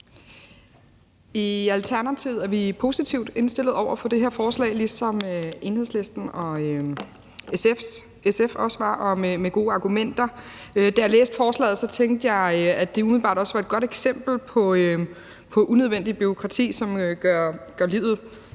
I Alternativet er vi positivt indstillet over for det her forslag, ligesom Enhedslisten og SF også var, og med gode argumenter. Da jeg læste forslaget, tænkte jeg, at det umiddelbart også var et godt eksempel på unødvendig bureaukrati, som gør livet